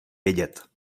vědět